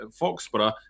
Foxborough